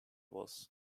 was